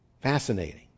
Fascinating